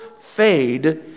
fade